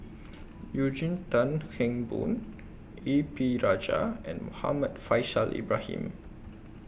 Eugene Tan Kheng Boon A P Rajah and Muhammad Faishal Ibrahim